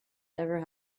never